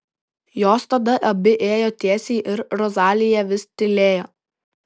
jos tada abi ėjo tiesiai ir rozalija vis tylėjo